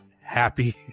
happy